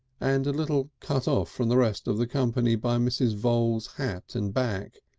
and a little cut off from the rest of the company by mrs. voules' hat and back,